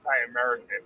anti-American